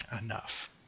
enough